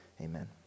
Amen